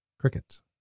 crickets